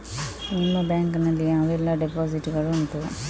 ನಿಮ್ಮ ಬ್ಯಾಂಕ್ ನಲ್ಲಿ ಯಾವೆಲ್ಲ ಡೆಪೋಸಿಟ್ ಗಳು ಉಂಟು?